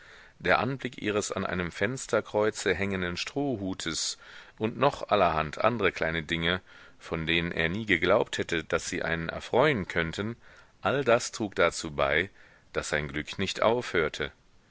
der anblick ihres an einem fensterkreuze hängenden strohhutes und noch allerhand andre kleine dinge von denen er nie geglaubt hätte daß sie einen erfreuen könnten all das trug dazu bei daß sein glück nicht aufhörte